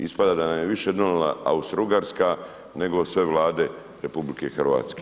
Ispada da nam je više donijela Austro-Ugarska nego sve Vlade RH.